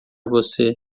você